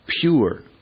pure